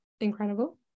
Incredible